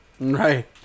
Right